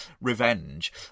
revenge